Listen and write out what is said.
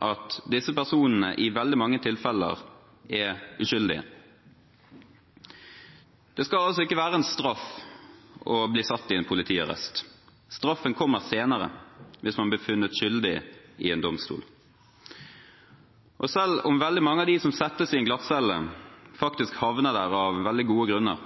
at disse personene i veldig mange tilfeller er uskyldige. Det skal ikke være en straff å bli satt i en politiarrest. Straffen kommer senere hvis man blir funnet skyldig i en domstol. Og selv om veldig mange av dem som settes på en glattcelle faktisk havner der av veldig gode grunner,